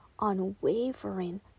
unwavering